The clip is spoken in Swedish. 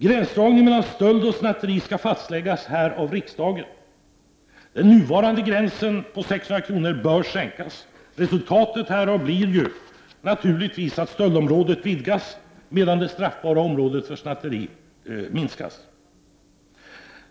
Gränsdragningen mellan stöld och snatteri skall fastläggas av riksdagen. Den nuvarande gränsen vid 600 kr. bör sänkas. Resultatet härav blir naturligtvis att stöldområdet vidgas, medan det straffbara området för snatteri minskas.